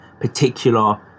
particular